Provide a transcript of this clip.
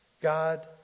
God